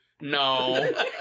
No